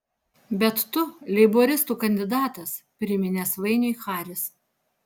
bet tu leiboristų kandidatas priminė svainiui haris